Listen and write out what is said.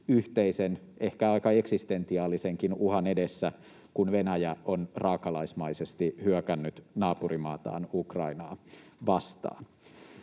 yhteisen, ehkä aika eksistentiaalisenkin uhan edessä, kun Venäjä on raakalaismaisesti hyökännyt naapurimaataan Ukrainaa vastaan.